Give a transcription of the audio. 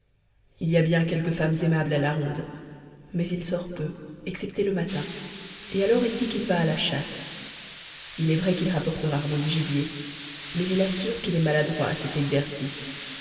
il y a bien quelques femmes aimables à la ronde mais il sort peu excepté le matin alors il dit qu'il va à la chasse il est vrai qu'il rapporte rarement du gibier mais il assure qu'il est maladroit à cet exercice